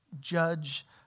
judge